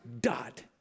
dot